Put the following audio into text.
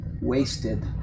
wasted